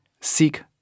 seek